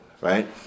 right